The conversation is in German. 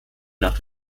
nach